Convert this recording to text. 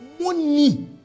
money